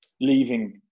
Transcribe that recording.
leaving